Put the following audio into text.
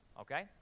okay